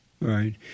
Right